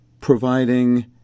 providing